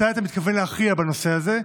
מתי אתה מתכוון להכריע בנושא הזה?